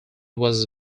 was